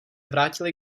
vrátily